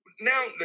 Now